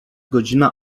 godzina